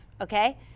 Okay